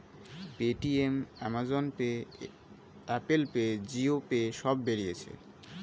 Paytm, Amazon pay, Apple pay, Jio pay সব বেরিয়েছে